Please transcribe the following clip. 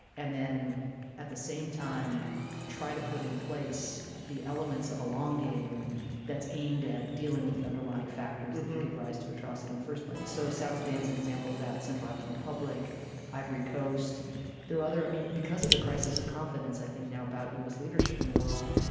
and then at the same time try to put in place the elements of a long game that's aimed at dealing with the underlying factors that give rise to atrocity in the first place. so south sudan is an and example of that central african republic ivory coast there are other i mean because of the crisis of confidence i think now about u s. leadership in the world.